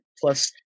plus